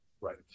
right